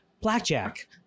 Blackjack